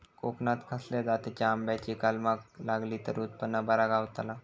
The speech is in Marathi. कोकणात खसल्या जातीच्या आंब्याची कलमा लायली तर उत्पन बरा गावताला?